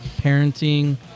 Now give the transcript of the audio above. parenting